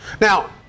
Now